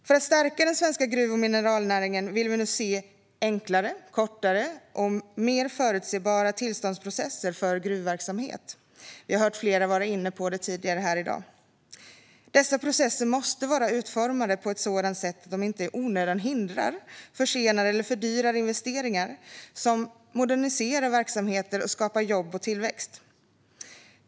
För att stärka den svenska gruv och mineralnäringen vill vi nu se enklare, kortare och mer förutsebara tillståndsprocesser för gruvverksamhet. Flera har varit inne på det tidigare i dag. Dessa processer måste vara utformade på ett sådant sätt att de inte i onödan hindrar, försenar eller fördyrar investeringar som moderniserar verksamheter och skapar jobb och tillväxt.